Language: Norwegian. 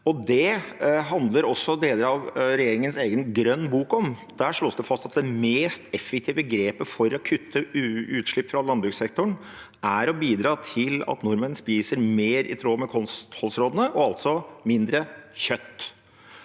Det handler også deler av regjeringens egen Grønn bok om. Der slås det fast at det mest effektive grepet for å kutte utslipp fra landbrukssektoren, er å bidra til at nordmenn spiser mer i tråd med kostholdsrådene – og altså mindre kjøtt.